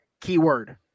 keyword